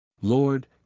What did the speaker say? Lord